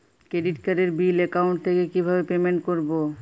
Credit কার্ডের bill account থেকে কিভাবে পেমেন্ট করবো?